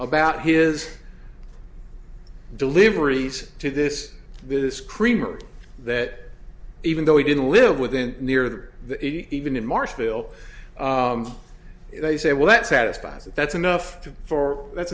about his deliveries to this business creamer that even though he didn't live within near there even in march still they say well that satisfies it that's enough for that's